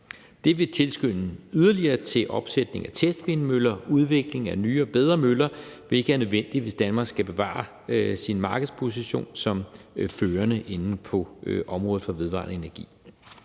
Det vil tilskynde yderligere til opsætning af testvindmøller og udvikling af nye og bedre møller, hvilket er nødvendigt, hvis Danmark skal bevare sin markedsposition som førende inden for området for vedvarende energi.